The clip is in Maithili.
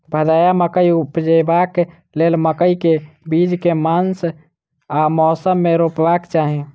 भदैया मकई उपजेबाक लेल मकई केँ बीज केँ मास आ मौसम मे रोपबाक चाहि?